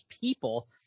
people